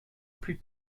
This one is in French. plus